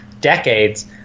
decades